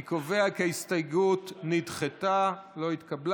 אני קובע כי ההסתייגות נדחתה, לא התקבלה.